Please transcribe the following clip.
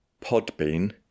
Podbean